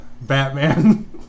Batman